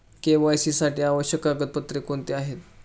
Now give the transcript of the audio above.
KYC साठी आवश्यक कागदपत्रे कोणती आहेत?